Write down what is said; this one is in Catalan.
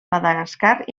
madagascar